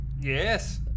Yes